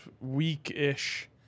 week-ish